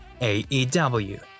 AEW